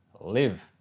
live